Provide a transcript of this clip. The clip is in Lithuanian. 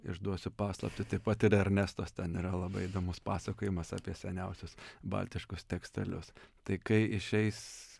išduosiu paslaptį taip pat ir ernestos ten yra labai įdomus pasakojimas apie seniausius baltiškus tekstelius tai kai išeis